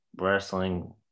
wrestling